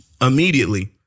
immediately